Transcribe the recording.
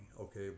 okay